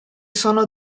sono